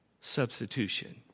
substitution